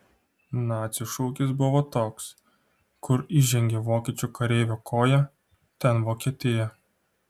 nacių šūkis buvo toks kur įžengė vokiečių kareivio koja ten vokietija